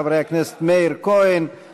חברי הכנסת מאיר כהן,